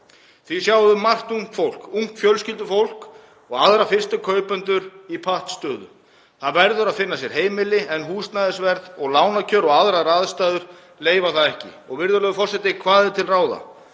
því margt ungt fólk, ungt fjölskyldufólk og aðra fyrstu kaupendur, í pattstöðu. Það verður að finna sér heimili en húsnæðisverð og lánakjör og aðrar aðstæður leyfa það ekki. Virðulegur forseti. Hvað er til ráða?